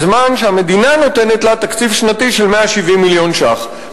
בזמן שהמדינה נותנת לה תקציב שנתי של 170 מיליון שקלים,